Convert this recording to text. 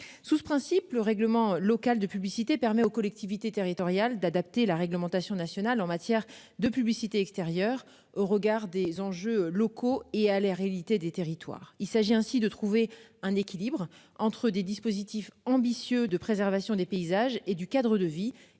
sous ce principe le règlement local de publicité permet aux collectivités territoriales d'adapter la réglementation nationale en matière de publicité extérieure au regard des enjeux locaux et à la réalité des territoires. Il s'agit ainsi de trouver un équilibre entre des dispositifs ambitieux de préservation des paysages et du cadre de vie